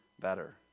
better